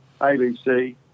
ABC